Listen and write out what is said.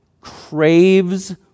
craves